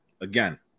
again